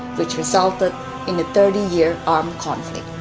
which resulted in a thirty year armed conflict.